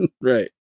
Right